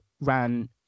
ran